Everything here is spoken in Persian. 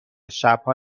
شبها